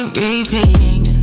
repeating